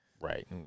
Right